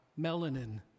Melanin